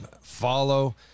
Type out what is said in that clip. follow